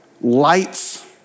lights